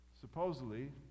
Supposedly